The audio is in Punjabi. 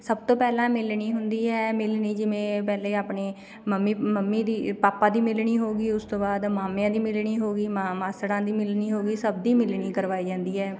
ਸਭ ਤੋਂ ਪਹਿਲਾਂ ਮਿਲਣੀ ਹੁੰਦੀ ਹੈ ਮਿਲਣੀ ਜਿਵੇਂ ਪਹਿਲੇ ਆਪਣੇ ਮੰਮੀ ਮੰਮੀ ਦੀ ਪਾਪਾ ਦੀ ਮਿਲਣੀ ਹੋਵੇਗੀ ਉਸ ਤੋਂ ਬਾਅਦ ਮਾਮਿਆਂ ਦੀ ਮਿਲਣੀ ਹੋ ਗਈ ਮਾ ਮਾਸੜਾਂ ਦੀ ਮਿਲਣੀ ਹੋ ਗਈ ਸਭ ਦੀ ਮਿਲਣੀ ਕਰਵਾਈ ਜਾਂਦੀ ਹੈ